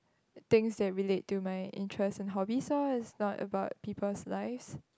things that relate to my interest and hobbies loh it's not about people's lives